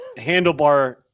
handlebar